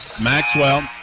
Maxwell